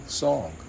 song